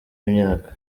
y’imyaka